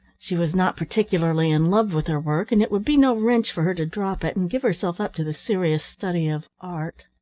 she was not particularly in love with her work, and it would be no wrench for her to drop it and give herself up to the serious study of art.